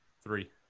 Three